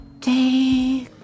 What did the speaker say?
Take